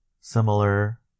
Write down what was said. similar